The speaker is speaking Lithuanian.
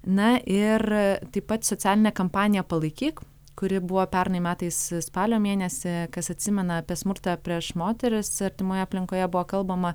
na ir taip pat socialinė kampanija palaikyk kuri buvo pernai metais spalio mėnesį kas atsimena apie smurtą prieš moteris artimoje aplinkoje buvo kalbama